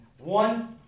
one